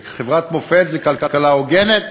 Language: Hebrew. וחברת מופת זה כלכלה הוגנת,